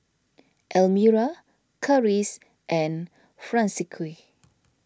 Elmyra Karis and Francisqui